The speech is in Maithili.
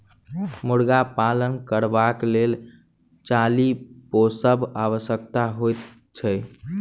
मुर्गा पालन करबाक लेल चाली पोसब आवश्यक होइत छै